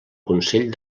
consell